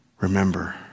Remember